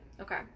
Okay